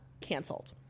canceled